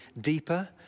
deeper